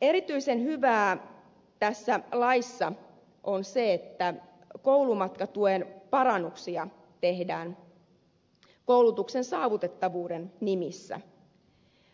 erityisen hyvää tässä laissa on se että koulumatkatuen parannuksia tehdään koulutuksen saavutettavuuden nimissä